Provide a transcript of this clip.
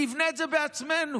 נבנה את זה בעצמנו.